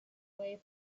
way